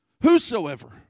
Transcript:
Whosoever